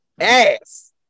ass